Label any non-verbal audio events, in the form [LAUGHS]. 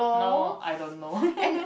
now I don't know [LAUGHS]